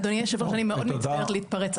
אדוני היו"ר אני מאוד מצטערת להתפרץ,